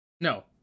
No